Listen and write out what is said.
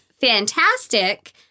fantastic